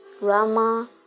Rama